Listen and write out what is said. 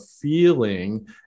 feeling